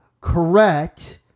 correct